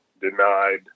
denied